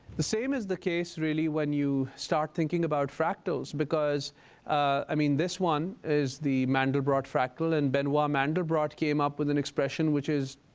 the same is the case really when you start thinking about fractals, because i mean, this one is the mandelbrot fractal, and benoit mandelbrot came up with an expression which is,